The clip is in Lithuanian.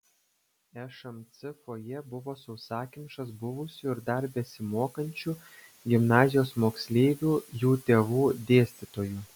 šmc fojė buvo sausakimšas buvusių ir dar besimokančių gimnazijos moksleivių jų tėvų dėstytojų